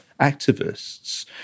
activists